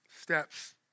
steps